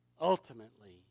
ultimately